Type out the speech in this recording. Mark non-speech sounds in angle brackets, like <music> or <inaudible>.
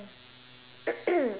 <coughs>